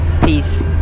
Peace